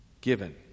given